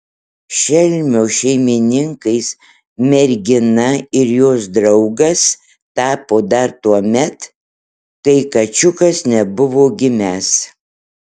šelmio šeimininkais mergina ir jos draugas tapo dar tuomet kai kačiukas nebuvo gimęs